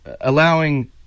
allowing